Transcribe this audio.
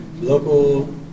local